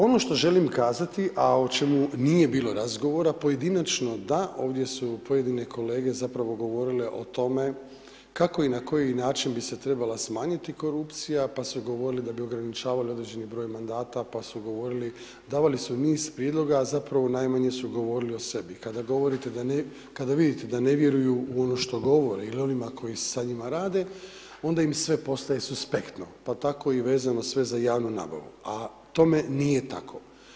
Ono što želim kazati, a o čemu nije bilo razgovora, pojedinačno da, ovdje su pojedine kolege govoriti o tome kako i na koji način bi se trebala smanjiti korupcija pa su govorili da bi ograničavali određeni broj mandata, pa su govorili, davali su niz prijedloga, a zapravo najmanje su govorili o sebi i kada govorite da ne, kada vidite da ne vjeruju u ono što govore ili onima sa njima rade, onda im sve postaje suspektno, pa tako i vezano sve za javnu nabavu, a tome nije tako.